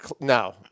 No